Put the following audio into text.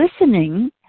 listening